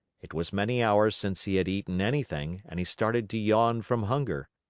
it was many hours since he had eaten anything and he started to yawn from hunger.